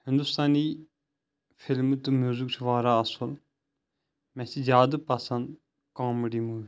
ہِنٛدُستٲنی فِلمہٕ تہٕ میوٗزِک چھُ واریاہ اصٕل مے چھِ زیادٕ پَسنٛد کامڈی موٗویٖز